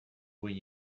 when